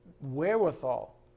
wherewithal